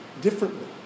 differently